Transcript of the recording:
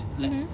mmhmm